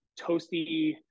toasty